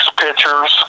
pictures